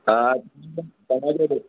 हा